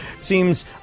Seems